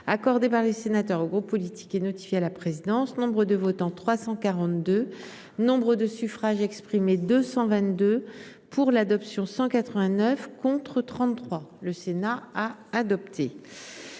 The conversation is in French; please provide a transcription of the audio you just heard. accordé par les sénateurs aux groupes politiques et notifié à la présidence Nombre de votants : 342 Nombre de suffrages exprimés 222 pour l'adoption 189 contre 33, le Sénat a adopté.